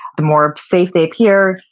the more safe they appear,